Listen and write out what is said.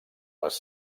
les